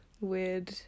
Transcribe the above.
weird